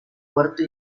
puerto